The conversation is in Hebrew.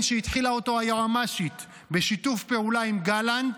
שהתחילה אותו היועמ"שית בשיתוף פעולה עם גלנט,